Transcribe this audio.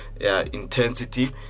intensity